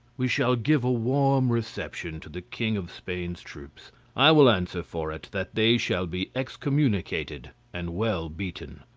we shall give a warm reception to the king of spain's troops i will answer for it that they shall be excommunicated and well beaten.